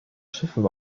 schiffen